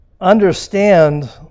understand